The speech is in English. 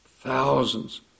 thousands